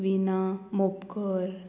विना मोपकर